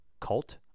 cult